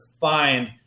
find